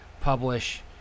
publish